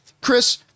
Chris